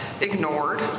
ignored